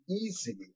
easily